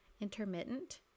Intermittent